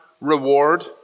reward